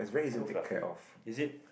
so fluffy is it